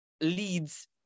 leads